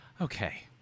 Okay